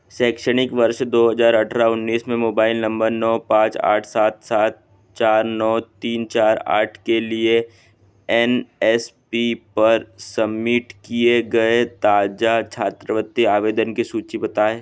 शैक्षणिक वर्ष दो हज़ार अठारह उन्नीस में मोबाइल नंबर नौ पाँच आठ सात सात चार नौ तीन चार आठ के लिए एन एस पी पर सम्मिट किए गए ताज़ा छात्रवृत्ति आवेदन की सूची बताएँ